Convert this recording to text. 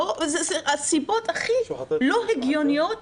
אלה הסיבות הכי לא הגיוניות